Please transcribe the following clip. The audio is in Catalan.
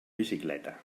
bicicleta